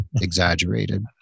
exaggerated